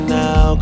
now